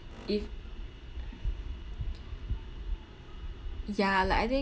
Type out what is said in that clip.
if ya like I think